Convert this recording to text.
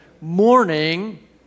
morning